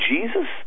Jesus